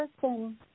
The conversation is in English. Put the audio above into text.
person